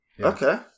Okay